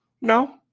No